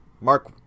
Mark